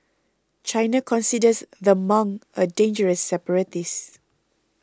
China considers the monk a dangerous separatist